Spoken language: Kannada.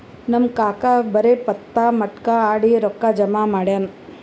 ನಮ್ ಕಾಕಾ ಬರೇ ಪತ್ತಾ, ಮಟ್ಕಾ ಆಡಿ ರೊಕ್ಕಾ ಜಮಾ ಮಾಡ್ತಾನ